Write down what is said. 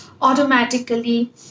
automatically